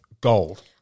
gold